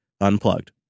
unplugged